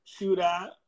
shootout